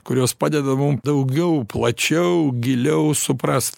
kurios padeda mum daugiau plačiau giliau suprast